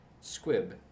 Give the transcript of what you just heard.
squib